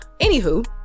anywho